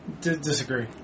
Disagree